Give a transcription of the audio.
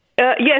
Yes